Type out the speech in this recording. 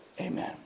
Amen